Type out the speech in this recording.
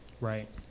Right